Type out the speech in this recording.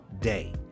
day